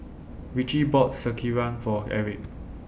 Ritchie bought Sekihan For Eric